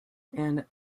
and